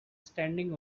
standing